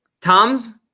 Tom's